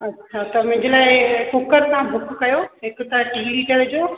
अच्छा त मुंहिंजे लाइ कुकर तव्हां बुक कयो हिकु त टी लीटर जो